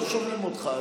לא שומעים אותך.